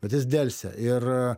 bet jis delsia ir